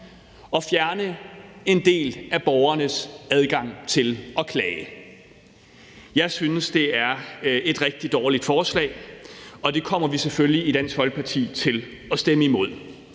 at fjerne en del af borgernes adgang til at klage. Jeg synes, det er et rigtig dårligt forslag, og det kommer vi i Dansk Folkeparti selvfølgelig til at stemme imod.